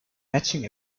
matching